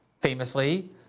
famously